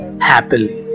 happily